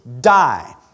die